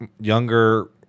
younger